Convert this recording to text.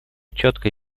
четкой